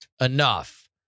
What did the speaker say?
enough